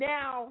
Now